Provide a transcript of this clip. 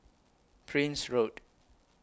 Prince Road